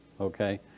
okay